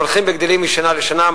הולכים וגדלים משנה לשנה,